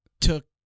took